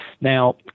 Now